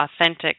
authentic